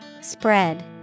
Spread